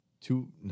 two